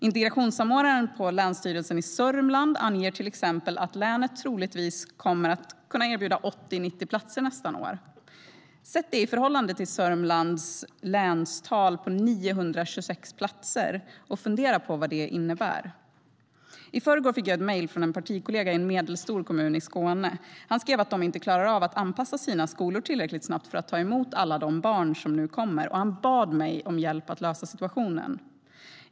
Integrationssamordnaren på Länsstyrelsen i Södermanlands län anger till exempel att länet troligtvis kommer att kunna erbjuda 80-90 platser nästa år. Sätt det i förhållande till Södermanlands länstal som är 926 platser och fundera på vad det innebär! I förrgår fick jag ett mejl från en partikollega i en medelstor kommun i Skåne. Han skrev att de inte klarar av att anpassa sina skolor tillräckligt snabbt för att ta emot alla de barn som nu kommer, och han bad mig om hjälp att lösa situationen.